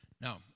Now